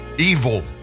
Evil